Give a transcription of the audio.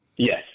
Yes